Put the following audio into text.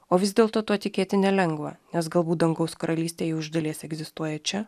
o vis dėlto tuo tikėti nelengva nes galbūt dangaus karalystė jau iš dalies egzistuoja čia